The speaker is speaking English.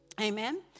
Amen